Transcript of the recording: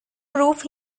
prove